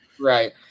Right